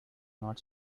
not